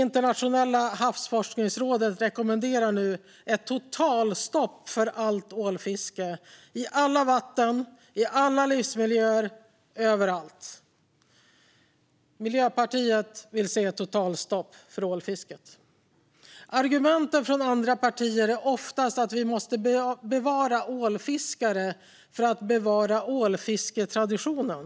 Internationella havsforskningsrådet rekommenderar nu ett totalstopp för allt ålfiske i alla vatten och i alla livsmiljöer överallt. Miljöpartiet vill se ett totalstopp för ålfisket. Argumentet från andra partier är oftast att vi måste bevara ålfiskare för att bevara ålfisketraditionen.